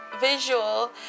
visual